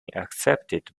accepted